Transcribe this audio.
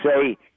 say